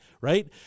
right